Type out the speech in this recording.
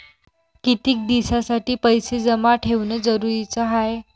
कितीक दिसासाठी पैसे जमा ठेवणं जरुरीच हाय?